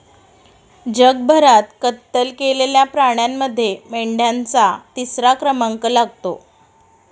जगभरात कत्तल केलेल्या प्राण्यांमध्ये मेंढ्यांचा तिसरा क्रमांक लागतो